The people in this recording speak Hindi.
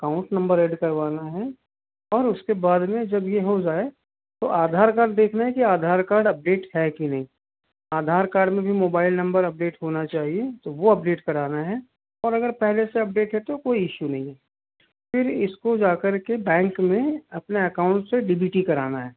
अकाउंट नंबर एड करवाना है और उसके बाद में जब ये हो जाए तो आधार कार्ड देखना है कि आधार कार्ड अपडेट है कि नहीं आधार कार्ड में भी मोबाइल नंबर अपडेट होना चाहिए तो वो अपडेट कराना है और अगर पहले से अपडेट है तो कोई इशू नहीं है फिर इसको जा कर के बैंक में अपना एकाउंट से डी बी टी कराना है